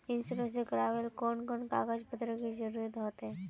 Insurance करावेल कोन कोन कागज पत्र की जरूरत होते?